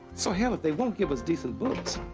so, hell, if they won't give us decent books,